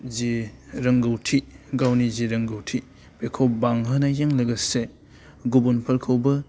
जि रोंगौथि गावनि जि रोंगौथि बेखौ बांहोनायजों लोगोसे गुबुनफोरखौबो